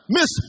Miss